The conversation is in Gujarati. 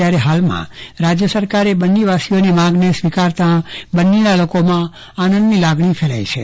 ત્યારે હાલમાં રાજ્ય સરકારે બન્ની વાસીઓની માંગને સ્વીકારતા બન્નીના લોકોમાં આનંદની લાગણી ફેલાઈ છે